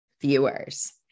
viewers